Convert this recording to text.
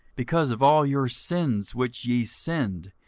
because of all your sins which ye sinned,